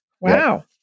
Wow